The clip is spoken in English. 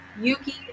Yuki